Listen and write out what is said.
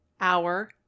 hour